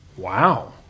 Wow